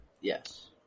Yes